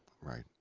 Right